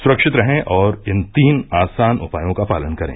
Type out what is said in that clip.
सुरक्षित रहें और इन तीन आसान उपायों का पालन करें